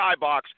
skybox